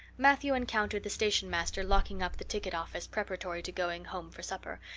matthew encountered the stationmaster locking up the ticket office preparatory to going home for supper,